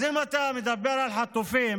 אם אתה מדבר על חטופים,